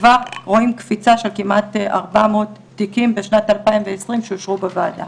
כבר רואים קפיצה של כמעט 400 תיקים בשנת 2020 שאושרו בוועדה.